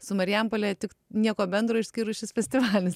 su marijampole tik nieko bendro išskyrus šis festivalis